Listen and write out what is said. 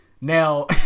Now